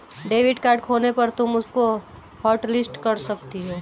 debit card खोने पर तुम उसको हॉटलिस्ट कर सकती हो